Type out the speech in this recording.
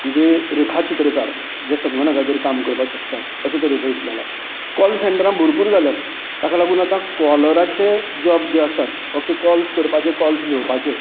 म्हणजे रेखा चित्रकार जे संगणकाचेर काम करपाक शकतात अशेतरेचो एक जाला काॅल सेंटरा भरपूर जाल्यांत ताका लागून आतां काॅलराचे जाॅब जे आसात फक्त काॅल्स करपाचे काॅल्स घेवपाचे